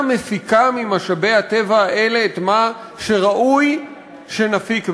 מפיקה ממשאבי הטבע האלה את מה שראוי שנפיק מהם.